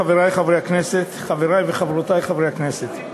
חברי וחברותי חברי הכנסת,